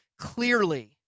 clearly